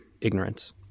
ignorance